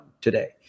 today